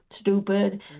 stupid